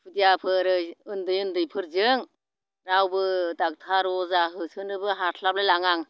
खुदियाफोर ओरै उन्दै उन्दैफोरजों रावबो ड'क्टर अजा होसोनोबो हास्लाबलाङा आं